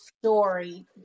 story